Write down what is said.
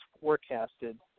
forecasted